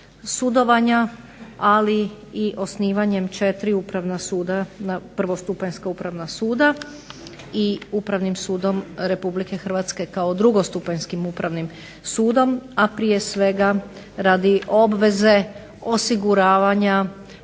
sudovanja ali i osnivanje 4 upravna suda prvostupanjska upravna suda i Upravnim sudom RH kao drugostupanjskim upravnim sudom a prije svega radi obveze osiguravanja